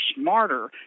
smarter